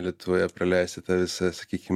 lietuvoje praleisti tą visą sakykim